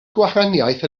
gwahaniaeth